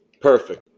Perfect